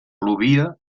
plovia